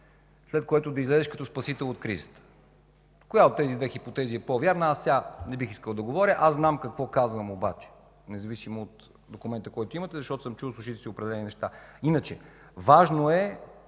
след което да излезеш като спасител от кризата. Коя от тези две хипотези е по-вярна? Аз сега не бих искал да говоря. Аз знам какво казвам обаче, независимо от документа, който имате, защото съм чул с ушите си определени неща. Иначе, важно е